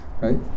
right